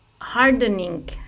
hardening